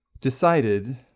decided